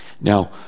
Now